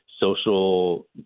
social